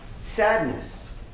sadness